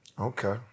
Okay